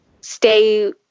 stay